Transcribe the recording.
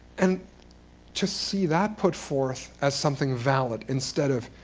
and to see that put forth as something valid instead of,